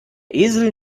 esel